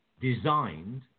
designed